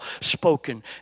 spoken